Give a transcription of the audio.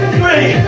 Three